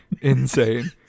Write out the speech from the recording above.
insane